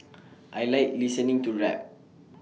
I Like listening to rap